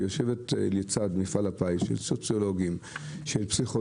שתשב לצד מפעל הפיס, של סוציולוגים ופסיכולוגים